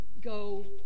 go